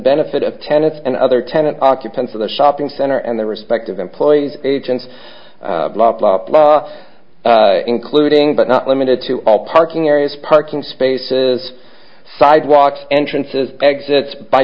benefit of tenets and other tenant occupants of the shopping center and their respective employees agents blah blah blah including but not limited to all parking areas parking spaces sidewalks entrances exits by